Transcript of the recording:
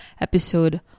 episode